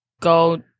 go